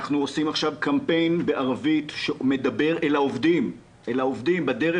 אנחנו עושים עכשיו קמפיין בערבית שמדבר אל העובדים בדרך,